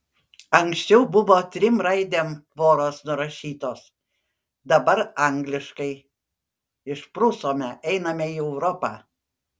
anksčiau buvo trim raidėm tvoros nurašytos dabar angliškai išprusome einame į europą